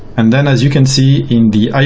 and then, as you can see in the iot